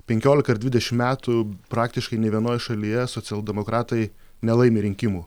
penkiolika ar dvidešim metų praktiškai nė vienoj šalyje socialdemokratai nelaimi rinkimų